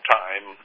time